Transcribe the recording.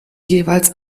jeweils